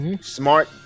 Smart